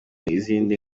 izindi